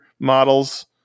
Models